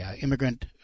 immigrant